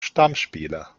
stammspieler